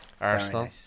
Arsenal